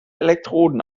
elektroden